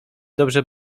dobrze